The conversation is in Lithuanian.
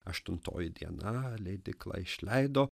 aštuntoji diena leidykla išleido